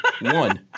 One